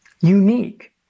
unique